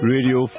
Radio